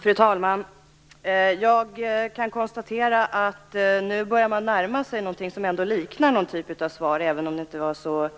Fru talman! Jag kan konstatera att Anders Sundström har börjat närma sig någonting som liknar ett svar, även om han inte kom riktigt